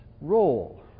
role